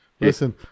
Listen